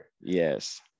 Yes